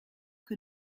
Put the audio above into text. que